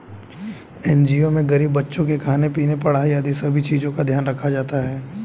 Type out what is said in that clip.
NGO में गरीब बच्चों के खाने पीने, पढ़ाई आदि सभी चीजों का ध्यान रखा जाता है